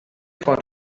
for